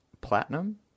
Platinum